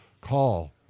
call